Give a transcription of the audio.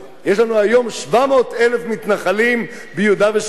יש לנו היום 700,000 מתנחלים ביהודה ושומרון,